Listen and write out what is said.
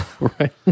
right